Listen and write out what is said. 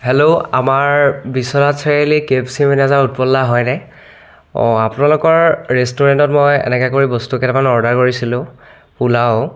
hello আমাৰ Biswanath Chariali K F C manager Utpal da হয়নে অঁ আপোনালোকৰ ৰেষ্টুৰেণ্টত মই এনেকৈ কৰি বস্তু কেইটামান অৰ্ডাৰ কৰিছিলোঁ পোলাও